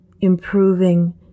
improving